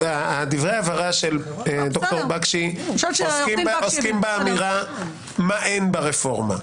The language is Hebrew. דברי ההבהרה של ד"ר בקשי עוסקים באמירה מה אין ברפורמה.